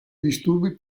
disturbi